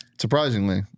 surprisingly